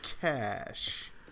cash